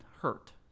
hurt